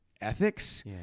ethics